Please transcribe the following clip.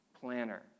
planner